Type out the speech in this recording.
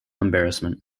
embarrassment